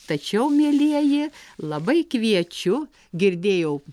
tačiau mielieji labai kviečiu girdėjau